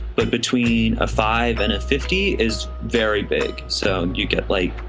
but between a five and a fifty is very big. so you get like,